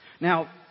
Now